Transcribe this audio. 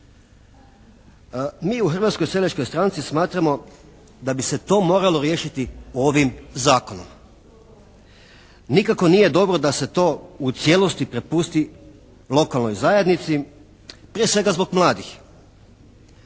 Mi u Hrvatskoj seljačkoj stranci smatramo da bi se to moralo riješiti ovim zakonom. Nikako nije dobro da se to u cijelosti prepusti lokalnoj zajednici prije svega zbog mladih.